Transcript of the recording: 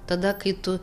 tada kai tu